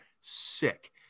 sick